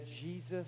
Jesus